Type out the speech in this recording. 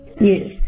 Yes